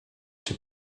czy